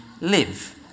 live